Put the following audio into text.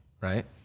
right